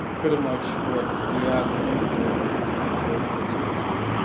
pretty much what we are going to be doing with aeronautics next year.